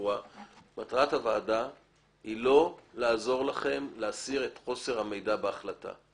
מטרת הוועדה היא לא לעזור לכם להסיר את חוסר המידע שלכם על אותו גורם.